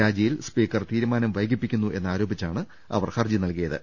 രാജിയിൽ speaker തീരുമാനം വൈകിപ്പിക്കുന്നു എന്നാരോപിച്ചാണ്ട് അവർ ഹർജി നൽകിയത്